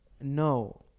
No